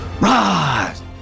rise